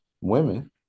women